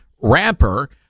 rapper